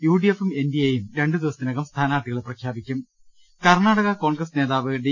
U ഡി എഫും എൻ ഡി എയും രണ്ടു ദിവസത്തിനകം സ്ഥാനാർത്ഥി കളെ പ്രഖ്യാപിക്കും കർണാടക കോൺഗ്രസ് നേതാവ് ഡി